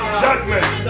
judgment